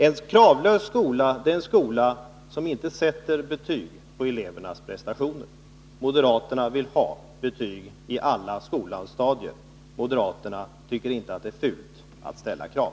En kravlös skola är en skola som inte sätter betyg på elevernas prestationer. Moderaterna vill ha betyg i alla skolans stadier. Moderaterna tycker inte att det är fult att ställa krav.